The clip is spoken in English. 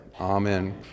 Amen